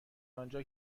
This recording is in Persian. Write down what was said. آنجا